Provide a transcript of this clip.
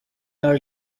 are